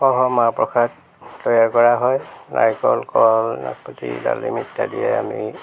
সহ মাহ প্ৰসাদ তৈয়াৰ কৰা হয় নাৰিকল কল নাচপতি ডালিম ইত্যাদি আমি